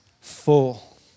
full